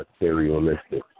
materialistic